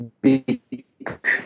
big